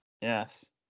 Yes